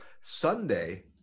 Sunday